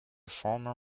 former